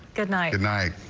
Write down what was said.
good night tonight.